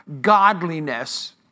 godliness